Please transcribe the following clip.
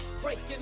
breaking